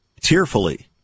Tearfully